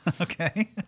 Okay